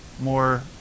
more